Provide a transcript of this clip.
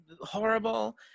horrible